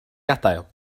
gadael